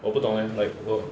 我不懂 eh like 我